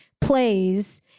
plays